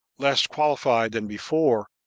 less qualified than before,